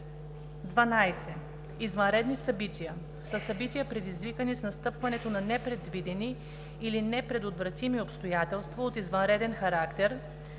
12. „Извънредни събития“ са събития, предизвикани с настъпването на непредвидени или непредотвратими обстоятелства от извънреден характер,